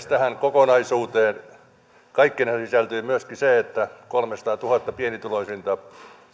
tähän kokonaisuuteen kaikkineen sisältyy myöskin se että kolmesataatuhatta pienituloisinta